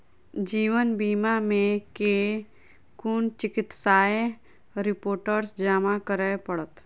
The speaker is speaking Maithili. जीवन बीमा मे केँ कुन चिकित्सीय रिपोर्टस जमा करै पड़त?